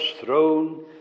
throne